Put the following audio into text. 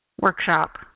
Workshop